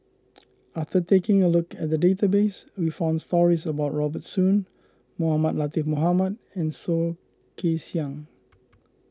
after taking a look at the database we found stories about Robert Soon Mohamed Latiff Mohamed and Soh Kay Siang